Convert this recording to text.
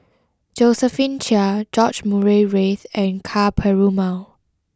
Josephine Chia George Murray Reith and Ka Perumal